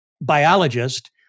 biologist